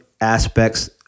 aspects